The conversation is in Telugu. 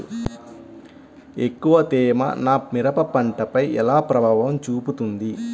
ఎక్కువ తేమ నా మిరప పంటపై ఎలా ప్రభావం చూపుతుంది?